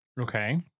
Okay